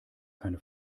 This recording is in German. keine